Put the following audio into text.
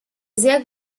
sehr